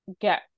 get